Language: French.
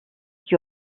qui